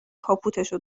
کاپوتشو